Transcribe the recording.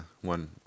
one